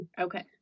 Okay